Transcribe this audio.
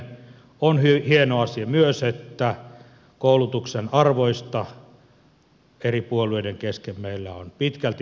on hieno asia myös että koulutuksen arvoista eri puolueiden kesken meillä on pitkälti yksimielisyys